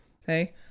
say